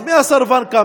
אז מי הסרבן כאן?